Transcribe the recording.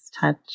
touch